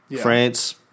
France